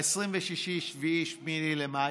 ב-26, 27, 28 במאי,